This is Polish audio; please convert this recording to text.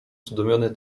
zdumiony